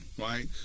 right